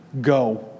Go